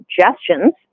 suggestions